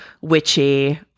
witchy